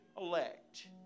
elect